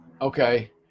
Okay